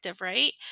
right